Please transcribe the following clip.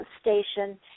station